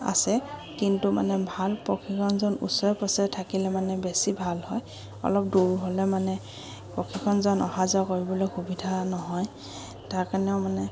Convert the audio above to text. আছে কিন্তু মানে ভাল প্ৰশিক্ষকজন ওচৰে পাজৰে থাকিলে মানে বেছি ভাল হয় অলপ দূৰ হ'লে মানে প্ৰশিক্ষকজন অহা যোৱা কৰিবলৈ সুবিধা নহয় তাৰ কাৰণেও মানে